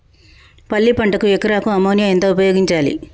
పల్లి పంటకు ఎకరాకు అమోనియా ఎంత ఉపయోగించాలి?